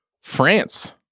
France